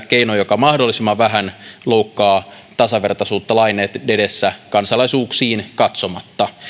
keino joka mahdollisimman vähän loukkaa tasavertaisuutta lain edessä kansalaisuuksiin katsomatta